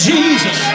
Jesus